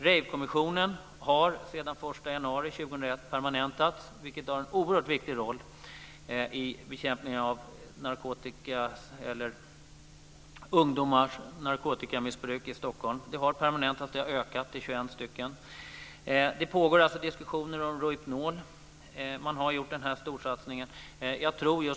Rejvkommissionen har sedan den 1 januari 2001 permanentats, vilket spelar en oerhört stor roll i bekämpningen av ungdomars narkotikamissbruk i Stockholm. Det har skett en permanentning, och antalet har ökat till 21. Det pågår diskussioner om Rohypnol. Man har gjort en storsatsning.